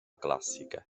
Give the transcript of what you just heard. classica